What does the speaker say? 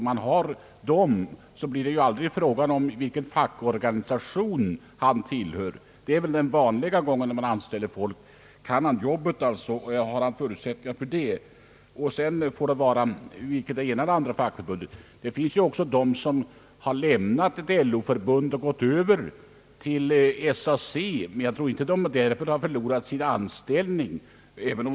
Om den arbetssökande har tillräckliga kunskaper, blir det ju aldrig fråga om vilken fackorganisation han tillhör. Det är den vanliga gången när man anställer folk. Kan den arbetssökande alltså sitt arbete och har förutsättningar att klara det, får det vara hur det vill med den fackliga organisationstillhörigheten. Det finns ju också sådana som har lämnat ett LO förbund och gått över till SAC, men jag tror inte att de därför har förlorat sin anställning.